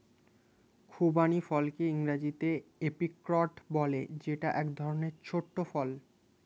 খুবানি ফলকে ইংরেজিতে এপ্রিকট বলে যেটা এক রকমের ছোট্ট ফল